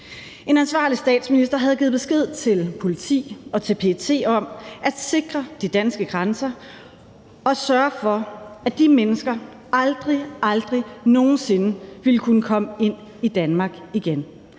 En ansvarlig statsminister havde givet besked til politi og til PET om at sikre de danske grænser og sørge for, at de mennesker aldrig, aldrig nogen sinde ville kunne komme ind i Danmark igen.